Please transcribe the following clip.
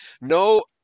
No